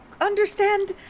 understand